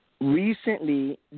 Recently